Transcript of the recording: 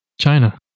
China